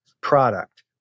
product